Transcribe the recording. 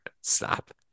Stop